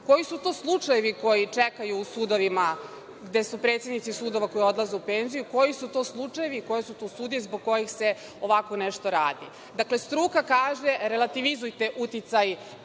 Koji su to slučajevi koji čekaju u sudovima gde su predsednici sudova koji odlaze u penziju. Koji su to slučajevi i koje su to sudije zbog kojih se ovako nešto radi? Struka kaže – relativizujte uticaj